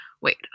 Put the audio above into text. Wait